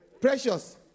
Precious